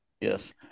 Yes